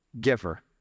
giver